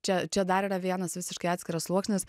čia čia dar yra vienas visiškai atskiras sluoksnis